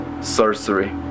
sorcery